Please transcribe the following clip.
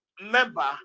member